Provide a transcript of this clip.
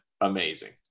amazing